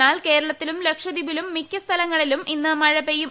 എന്നാൽ കേരളത്തിലും ലക്ഷദ്വീപിലും മിക്ക സ്ഥലങ്ങളിലും ഇന്ന് മഴ പെയ്യും